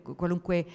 qualunque